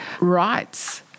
rights